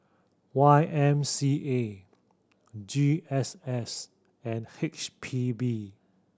Y M C A G S S and H P B